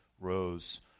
rose